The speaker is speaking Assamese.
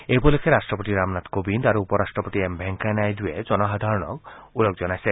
এই উপলক্ষে ৰাট্টপতি ৰামনাথ কোবিন্দ আৰু উপ ৰাট্টপতি এম ভেংকায়া নাইড়ুৱে জনসাধাৰণক ওলগ জনাইছে